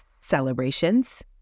celebrations